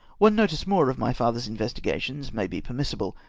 one notice more of my father's investigations may be permissible.